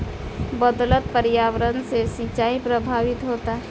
बदलत पर्यावरण से सिंचाई प्रभावित होता